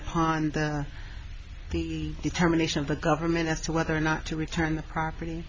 upon the determination of the government as to whether or not to return the property